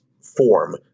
form